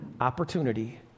opportunity